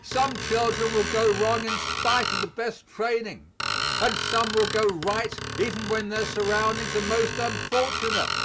some children will go wrong in spite of the best training and some will go right even when their surroundings are most unfortunate